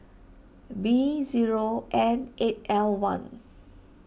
B zero N eight L one